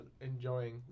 enjoying